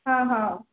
ହଁ ହେଉ